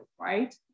right